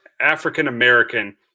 African-American